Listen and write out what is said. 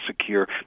secure